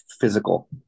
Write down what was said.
physical